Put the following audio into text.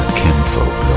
kinfolk